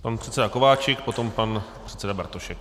Pan předseda Kováčik, pan předseda Bartošek.